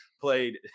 played